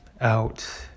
out